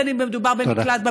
בין שמדובר במקלט,